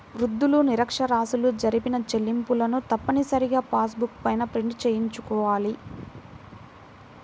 వృద్ధులు, నిరక్ష్యరాస్యులు జరిపిన చెల్లింపులను తప్పనిసరిగా పాస్ బుక్ పైన ప్రింట్ చేయించుకోవాలి